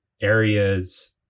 areas